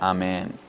Amen